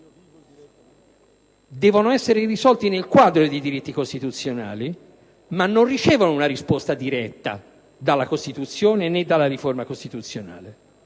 devono essere risolti nel quadro dei diritti costituzionali, ma non ricevono una risposta diretta dalla Costituzione, né dalla riforma costituzionale.